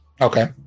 Okay